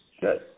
Good